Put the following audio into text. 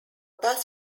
bus